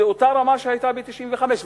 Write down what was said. זאת אותה רמה שהיתה ב-1995.